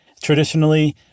traditionally